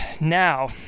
Now